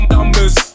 Numbers